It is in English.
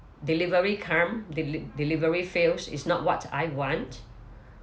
delivery come de~ delivery fails is not what I want